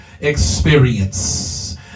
experience